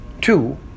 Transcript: two